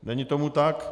Není tomu tak.